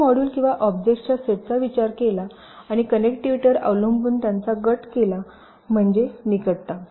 आपण मॉड्यूल किंवा ऑब्जेक्ट्सच्या सेटचा विचार केला आणि कनेक्टिव्हिटीवर अवलंबून त्यांचा गट केला म्हणजे निकटता